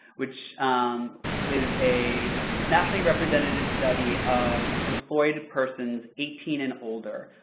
which is a nationally representative study of employees persons eighteen and older.